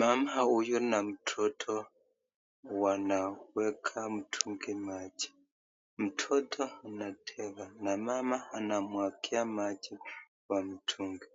Mama huyu na mtoto wanaeka mtungi maji, mtoto anacheza na mama anamwagia maji kwa mtungi,